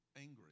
angry